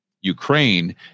Ukraine